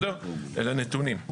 אלה נתונים.